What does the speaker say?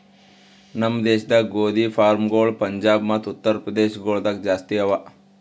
ನಮ್ ದೇಶದಾಗ್ ಗೋದಿ ಫಾರ್ಮ್ಗೊಳ್ ಪಂಜಾಬ್ ಮತ್ತ ಉತ್ತರ್ ಪ್ರದೇಶ ಗೊಳ್ದಾಗ್ ಜಾಸ್ತಿ ಅವಾ